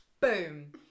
boom